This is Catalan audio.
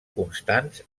constants